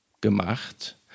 gemacht